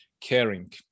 caring